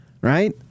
right